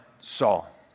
Saul